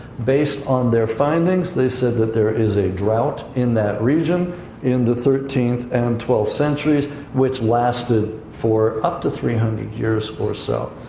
based on their findings, they said that there is a drought in that region in the thirteenth and twelfth centuries which lasted for up to three hundred years or so.